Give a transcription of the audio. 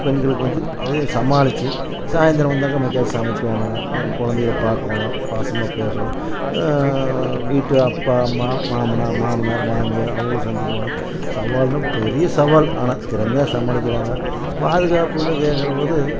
பெண்களுக்கு வந்து அதையும் சமாளித்து சாயந்திரம் வந்தாக்கால் மதியம் சமைக்கணும் குழந்தைகள பார்க்கோணும் பாசமாக பேசணும் வீட்டு அப்பா அம்மா மாமனா மாமனார் மாமியார் அவங்களும் சந்திக்கணும் சவால்னால் பெரிய சவால் ஆனால் திறமையாக சமாளிக்கிறாங்க பாதுகாப்புன்னு கேட்கறபோது